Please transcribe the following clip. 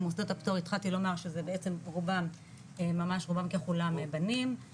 מוסדות הפטור התחלתי לומר שזה בעצם רובם ממש רובם ככולם הם בנים,